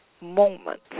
moment